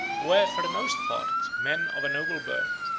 were, for the most part, men of a noble birth,